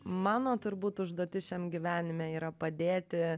mano turbūt užduotis šiam gyvenime yra padėti